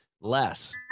less